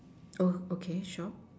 oh okay sure